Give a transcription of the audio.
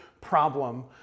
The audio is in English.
problem